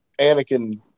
Anakin